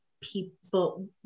people